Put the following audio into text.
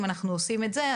אם אנחנו עושים את זה,